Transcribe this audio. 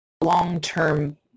long-term